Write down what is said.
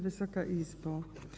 Wysoka Izbo!